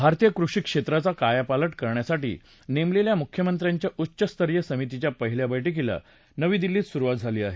भारतीय कृषी क्षेत्राचा कायापालट करण्यासाठी नेमलेल्या मुख्यमंत्र्यांच्या उच्चस्तरिय समितीच्या पहिल्या बैठकीला नवी दिल्लीत सुरुवात झाली आहे